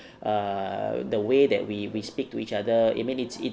err the way that we we speak to each other I mean it's